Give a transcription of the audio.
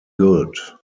good